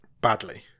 badly